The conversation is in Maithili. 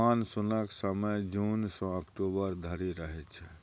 मानसुनक समय जुन सँ अक्टूबर धरि रहय छै